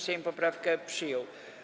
Sejm poprawkę przyjął.